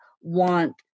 want